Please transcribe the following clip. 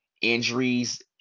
Injuries